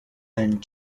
and